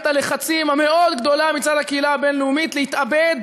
הלחצים המאוד-גדולה מצד הקהילה הבין-לאומית להתאבד